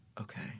Okay